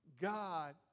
God